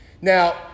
Now